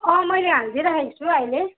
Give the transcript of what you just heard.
अँ मैले हालिदिइराखेको छु अहिले